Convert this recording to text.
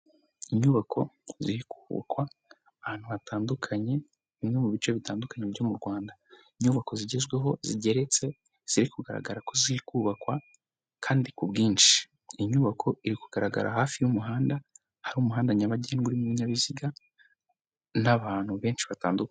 Inyubako ziri kubakwa ahantu hatandukanye ,bimwe mu bice bitandukanye byo mu rwanda inyubako zigezweho zigeretse ziri kugaragara ko ziri kubakwa kandi ku bwinshi, inyubako iri kugaragara hafi y'umuhanda, hari umuhanda nyabagendwa n'ibinyabiziga n'abantu benshi batandukanye.